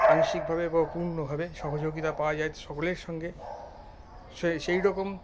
আংশিকভাবে বা পূর্ণভাবে সহযোগিতা পাওয়া যায় সকলের সঙ্গে সেই রকম